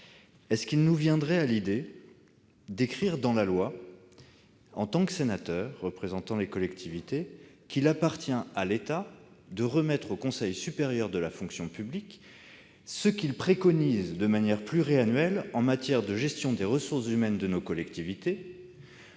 symbolique. Nous viendrait-il à l'idée, en tant que sénateurs représentant les collectivités, d'inscrire dans la loi qu'il appartient à l'État de remettre au Conseil supérieur de la fonction publique ce qu'il préconise de manière pluriannuelle en matière de gestion des ressources humaines de nos collectivités,